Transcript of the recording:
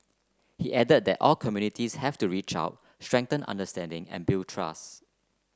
he added that all communities have to reach out strengthen understanding and build trust